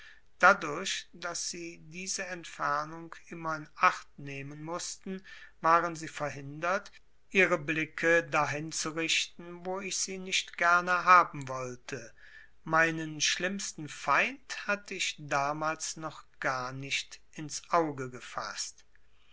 dadurch daß sie diese entfernung immer in acht nehmen mußten waren sie verhindert ihre blicke dahin zu richten wo ich sie nicht gerne haben wollte meinen schlimmsten feind hatte ich damals noch gar nicht ins auge gefaßt